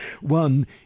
One